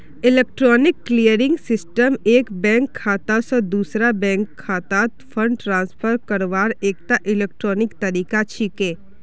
electronic clearing system एक bank खाता स दूसरे बैंक खातात फंड ट्रांसफर करवार एकता इलेक्ट्रॉनिक तरीका छिके